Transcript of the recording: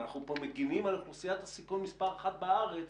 אנחנו פה מגינים על אוכלוסיית סיכון מספר אחת בארץ,